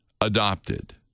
adopted